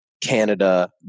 Canada